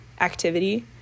activity